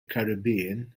caribbean